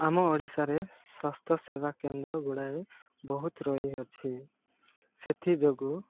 ଆମ ଓଡ଼ିଶାରେ ସ୍ୱାସ୍ଥ୍ୟ ସେବା କେନ୍ଦ୍ର ଗୁଡ଼ାଏ ବହୁତ ରହିଅଛି ସେଥିଯୋଗୁଁ